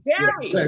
Gary